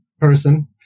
person